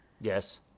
Yes